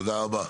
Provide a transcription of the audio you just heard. תודה רבה.